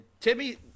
timmy